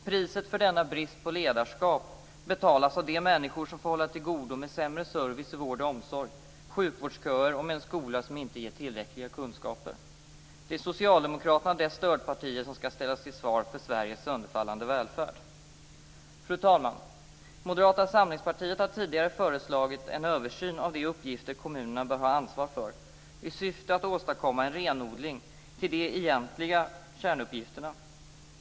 Priset för denna brist på ledarskap betalas av de människor som får hålla till godo med sämre service i vård och omsorg, sjukvårdsköer och med en skola som inte ger tillräckliga kunskaper. Det är socialdemokraterna och dess stödpartier som skall ställas till svars för Sveriges sönderfallande välfärd. Fru talman! Moderata samlingspartiet har tidigare föreslagit en översyn av de uppgifter kommunerna bör ha ansvar för i syfte att åstadkomma en renodling till de egentliga kärnuppgifterna.